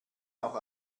auch